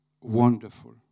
wonderful